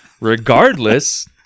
regardless